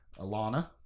Alana